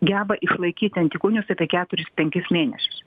geba išlaikyti antikūnius apie keturis penkis mėnesius